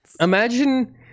Imagine